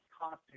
costume